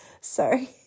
Sorry